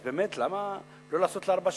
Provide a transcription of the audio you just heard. אז באמת למה לא לעשות לארבע שנים?